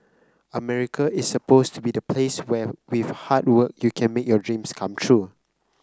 America is supposed to be the place where with hard work you can make your dreams come true